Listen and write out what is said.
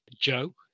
Joe